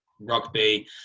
rugby